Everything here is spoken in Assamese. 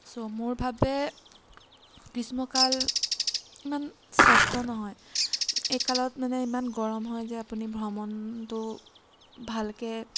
চ' মোৰ বাবে গ্ৰীষ্মকাল ইমান শ্ৰেষ্ঠ নহয় এই কালত মানে ইমান গৰম হয় যে আপুনি ভ্ৰমণটো ভালকৈ